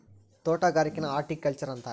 ತೊಟಗಾರಿಕೆನ horticulture ಅಂತಾರ